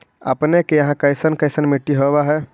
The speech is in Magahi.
अपने के यहाँ कैसन कैसन मिट्टी होब है?